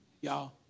Y'all